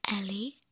Ellie